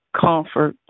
comfort